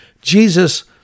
Jesus